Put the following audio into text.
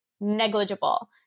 negligible